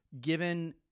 given –